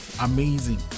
amazing